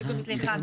סליחה.